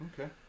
okay